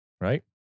right